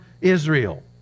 Israel